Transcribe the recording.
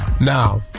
Now